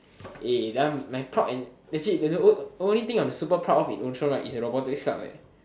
eh that one my proud and legit there's the o~ only thing I'm super proud of in Outram right is the robotics club leh